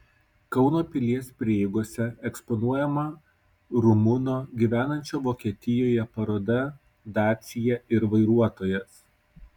kauno pilies prieigose eksponuojama rumuno gyvenančio vokietijoje paroda dacia ir vairuotojas